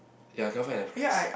ya cannot find that price